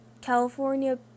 California